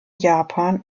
japan